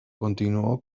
continuó